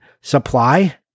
supply